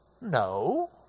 No